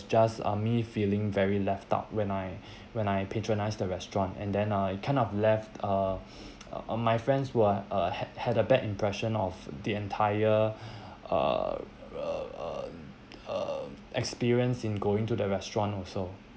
just uh me feeling very left out when I when I patronize the restaurant and then uh it kind of left uh ah my friends were uh had had a bad impression of the entire uh uh uh uh experience in going to the restaurant also